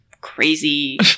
crazy